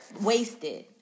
wasted